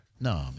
No